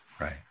Right